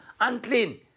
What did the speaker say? unclean